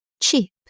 Cheap